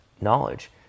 knowledge